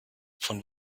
von